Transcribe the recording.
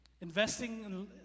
investing